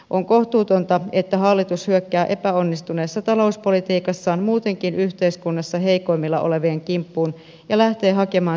on kohtuutonta että hallitus hyökkää epäonnistuneessa talouspolitiikassaan muutenkin yhteiskunnassa heikoimmilla olevien kimppuun ja lähtee hakemaan säästöjä sieltä